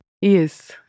Yes